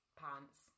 pants